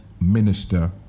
Minister